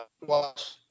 watch